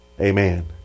amen